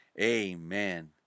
Amen